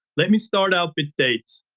let me start out with dates.